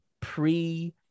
pre-